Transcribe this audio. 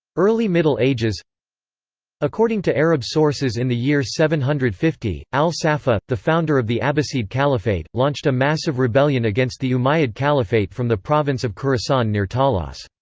early middle ages according to arab sources in the year seven hundred and fifty, al-saffah, the founder of the abbasid caliphate, launched a massive rebellion against the umayyad caliphate from the province of khurasan near talas.